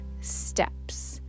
steps